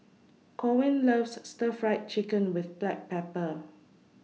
Corwin loves Stir Fried Chicken with Black Pepper